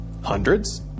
Hundreds